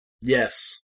Yes